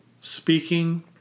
speaking